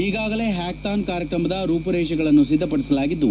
ಈಗಾಗಲೇ ಹ್ಲಾಕಥಾನ್ ಕಾರ್ಯಕ್ರಮದ ರೂಪುರೇಷೆಗಳನ್ನು ಸಿದ್ಲಪಡಿಸಲಾಗಿದ್ದು